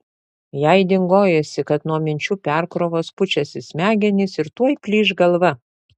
jai dingojosi kad nuo minčių perkrovos pučiasi smegenys ir tuoj plyš galva